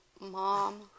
mom